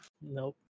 Nope